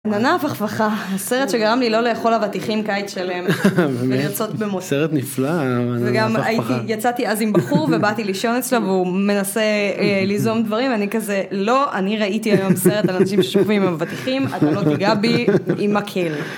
ננף אכפכה סרט שגרם לי לא לאכול אבטיחים קיץ שלהם לנסות במוסר נפלא גם הייתי יצאתי אז עם בחור ובאתי לישון אצלו הוא מנסה ליזום דברים אני כזה לא אני ראיתי היום סרט על אנשים ששוכבים עם אבטיחים אתה לא תיגע בי עם מקל.